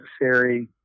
necessary